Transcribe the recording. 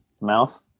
mouth